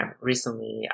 recently